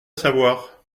savoir